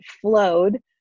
flowed